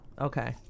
Okay